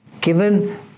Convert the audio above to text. given